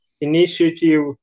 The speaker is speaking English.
initiative